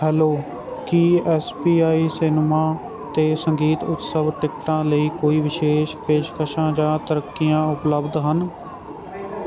hello ਕੀ S P I cinema ਅਤੇ ਸੰਗੀਤ ਉਤਸਵ ਟਿਕਟਾਂ ਲਈ ਕੋਈ ਵਿਸ਼ੇਸ਼ ਪੇਸ਼ਕਸ਼ਾਂ ਜਾਂ ਤਰੱਕੀਆਂ ਉਪਲਬਧ ਹਨ